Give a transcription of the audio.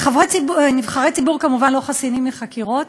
נבחרי ציבור כמובן לא חסינים מחקירות,